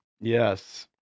Yes